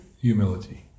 humility